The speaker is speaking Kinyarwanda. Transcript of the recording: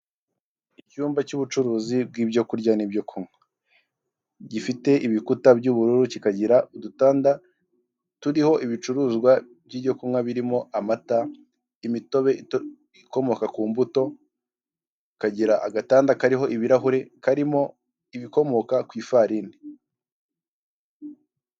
Icyumba cy'ubucuruzi bw'ibyo kurya n'ibyo kunywa gifite ibikuta by'ubururu kikagira udutanda turiho ibicuruzwa by'ibyokunywa birimo, amata imitobe ikomoka ku mbuto kakagira agatanda kariho ibirahure karimo ibikomoka ku ifarini.